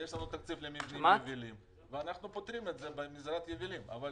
יש לנו תקציב למבנים יבילים ואנחנו פותרים את זה בעזרת מבנים יבילים.